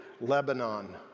Lebanon